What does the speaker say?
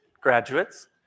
graduates